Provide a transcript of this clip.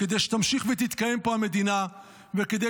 כדי שתמשיך ותתקיים פה המדינה וכדי